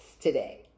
today